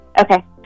Okay